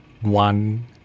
one